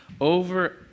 over